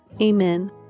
Amen